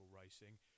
racing